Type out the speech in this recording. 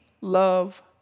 love